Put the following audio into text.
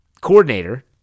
coordinator